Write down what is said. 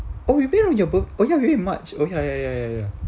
oh we've bill in your book oh ya very much oh ya ya ya ya